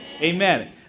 Amen